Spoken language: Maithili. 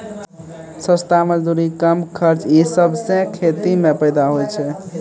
सस्ता मजदूरी, कम खर्च ई सबसें खेती म फैदा होय छै